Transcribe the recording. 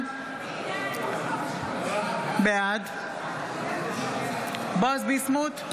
בעד בועז ביסמוט,